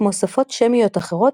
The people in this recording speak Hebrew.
כמו בשפות שמיות אחרות,